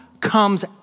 comes